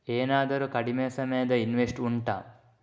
ಏನಾದರೂ ಕಡಿಮೆ ಸಮಯದ ಇನ್ವೆಸ್ಟ್ ಉಂಟಾ